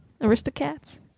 Aristocats